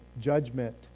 judgment